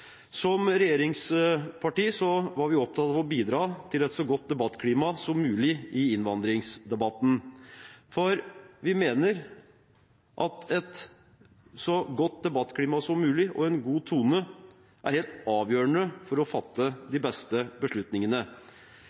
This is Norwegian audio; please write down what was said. Som regjeringsparti var vi opptatt av å bidra til et så godt debattklima som mulig i innvandringsdebatten, for vi mener at et så godt debattklima som mulig og en god tone er helt avgjørende for å fatte de beste beslutningene.